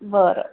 बरं